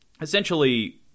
essentially